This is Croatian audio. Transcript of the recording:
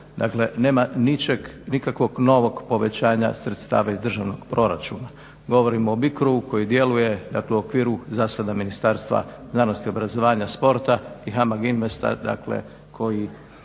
ničeg nikakvog novog povećanja sredstava iz državnog proračuna. govorimo o BICRO-u koji djeluje dakle u okviru za sada Ministarstva znanosti, obrazovanja i sporta i HAMAG INVEST-a koji